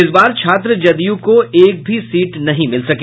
इस बार छात्र जदयू को एक भी सीट नहीं मिल सकी